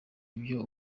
ibyo